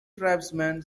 tribesman